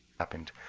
happened